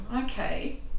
okay